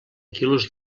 quilos